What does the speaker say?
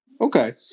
Okay